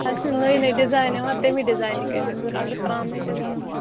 آز چھِ نٔے نٔے ڈزایِن یِوان تَمی ڈِزاینٕکۍ ٲسۍ مےٚ ضوٚرَتھ اگر ترٛامٕے تہِ بَنہٕ ہَن